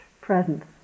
presence